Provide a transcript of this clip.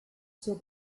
zur